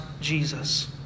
Jesus